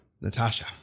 Natasha